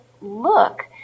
look